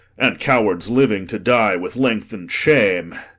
and cowards living to die with length'ned shame.